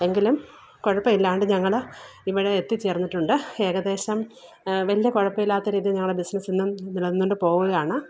എങ്കിലും കുഴപ്പം ഇല്ലാണ്ട് ഞങ്ങൾ ഇവിടെ എത്തിച്ചേര്ന്നിട്ടുണ്ട് ഏകദേശം വലിയ കുഴപ്പമില്ലാത്ത രീതിയിൽ ഞങ്ങളുടെ ബിസിനസ്സ് ഇന്നും നിലനിന്നുകൊണ്ട് പോവുകയാണ്